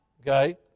Okay